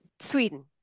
Sweden